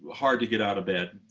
ah hard to get out of bed.